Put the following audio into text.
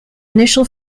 initial